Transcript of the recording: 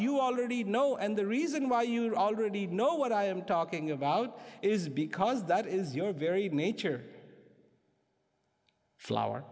you already know and the reason why you already know what i am talking about is because that is your very nature flower